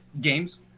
games